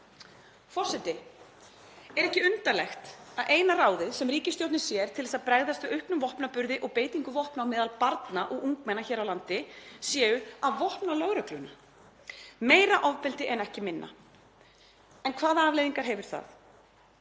Forseti. Er ekki undarlegt að eina ráðið sem ríkisstjórnin sér til að bregðast við auknum vopnaburði og beitingu vopna á meðal barna og ungmenna hér á landi sé að vopna lögregluna? Meira ofbeldi en ekki minna. En hvaða afleiðingar hefur það?